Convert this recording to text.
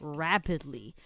rapidly